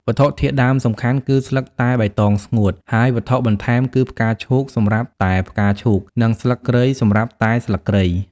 វត្ថុធាតុដើមសំខាន់គឺ ស្លឹកតែបៃតងស្ងួត ហើយវត្ថុបន្ថែមគឺផ្កាឈូកសម្រាប់តែផ្កាឈូក និងស្លឹកគ្រៃសម្រាប់តែស្លឹកគ្រៃ។